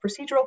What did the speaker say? procedural